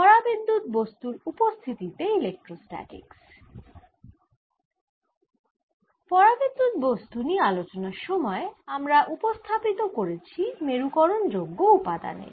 পরাবিদ্যুত বস্তু নিয়ে আলোচনার সময় আমরা উপস্থাপিত করেছি মেরুকরন যোগ্য উপাদানের